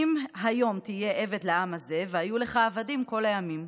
"אם היום תהיה עבד לעם הזה והיו לך עבדים כל הימים".